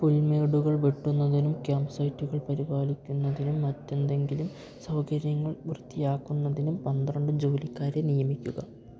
പുൽമേടുകൾ വെട്ടുന്നതിനും ക്യാമ്പ് സൈറ്റുകൾ പരിപാലിക്കുന്നതിനും മറ്റെന്തെങ്കിലും സൗകര്യങ്ങൾ വൃത്തിയാക്കുന്നതിനും പന്ത്രണ്ട് ജോലിക്കാരെ നിയമിക്കുക